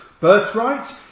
birthright